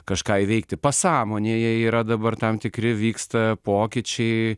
kažką įveikti pasąmonėje yra dabar tam tikri vyksta pokyčiai